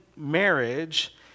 marriage